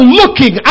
looking